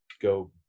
go